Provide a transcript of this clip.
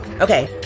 Okay